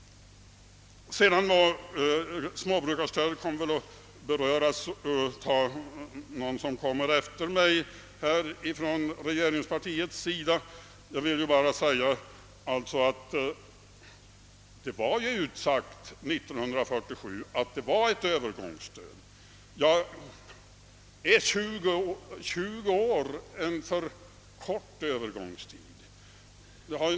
Frågan om småbrukarstödet kommer att behandlas senare av en talare från regeringspartiet. Jag vill endast anföra att det år 1947 utsades att det gällde ett övergångsstöd. är 20 år en för kort övergångstid?